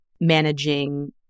managing